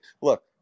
look